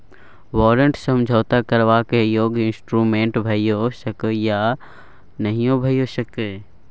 बारंट समझौता करबाक योग्य इंस्ट्रूमेंट भइयो सकै यै या नहियो भए सकै यै